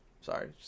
Sorry